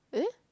eh